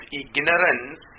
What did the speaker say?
ignorance